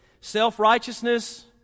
self-righteousness